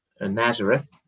Nazareth